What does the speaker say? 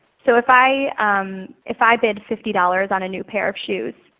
so if i if i bid fifty dollars on a new pair of shoes,